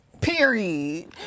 Period